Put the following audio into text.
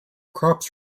crops